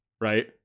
right